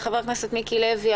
חבר הכנסת מיקי לוי,